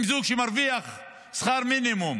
אם זוג שמרוויח שכר מינימום